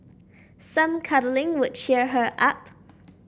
some cuddling would cheer her up